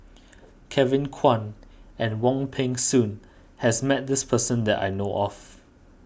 Kevin Kwan and Wong Peng Soon has met this person that I know of